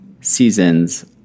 seasons